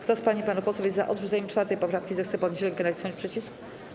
Kto z pań i panów posłów jest za odrzuceniem 4. poprawki, zechce podnieść rękę i nacisnąć przycisk.